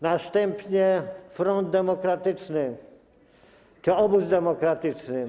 Następnie front demokratyczny czy obóz demokratyczny.